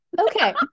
Okay